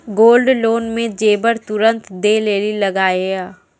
Gold loan मे जेबर तुरंत दै लेली लागेया?